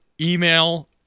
email